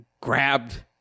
grabbed